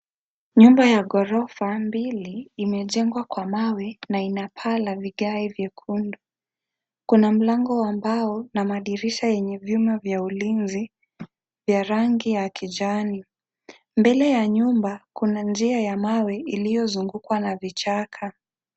Nyumba ya ghorofa mbili imejengwa kwa mawe na ina paa la vigae mekundu. Kuna mlango wa mbao na madirisha yenye vyuma vya ulinzi vya rangi ya kijani. Mbele ya nyumba kuna njia ya mawe iliyozungukwa na vichaka.